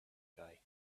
guy